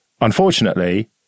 Unfortunately